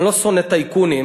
אני לא שונא טייקונים,